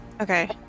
Okay